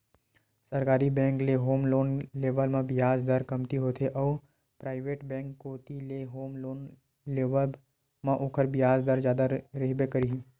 सरकारी बेंक ले home loan के लेवब म बियाज दर कमती होथे अउ पराइवेट बेंक कोती ले होम लोन लेवब म ओखर बियाज दर जादा रहिबे करही